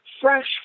fresh